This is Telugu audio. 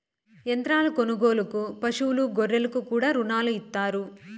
యంత్రాల కొనుగోలుకు పశువులు గొర్రెలకు కూడా రుణాలు ఇత్తారు